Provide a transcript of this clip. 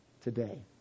today